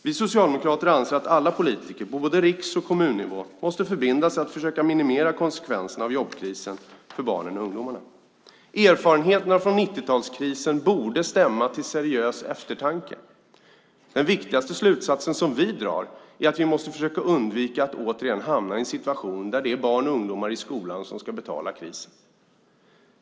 Vi socialdemokrater anser att alla politiker på både riks och kommunnivå måste förbinda sig att försöka minimera jobbkrisens konsekvenser för barnen och ungdomarna. Erfarenheterna från 90-talskrisen borde stämma till seriös eftertanke. Den viktigaste slutsatsen som vi drar är att vi måste försöka undvika att återigen hamna i en situation där det är barn och ungdomar i skolan som ska betala krisen.